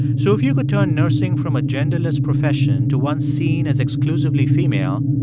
so if you could turn nursing from a genderless profession to one seen as exclusively female,